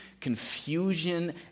confusion